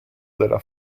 della